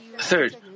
Third